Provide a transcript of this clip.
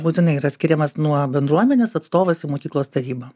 būtinai yra skiriamas nuo bendruomenės atstovas į mokyklos tarybą